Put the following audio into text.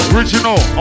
Original